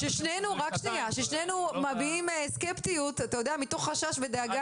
ששנינו מביעים סקפטיות מתוך חשש ודאגה.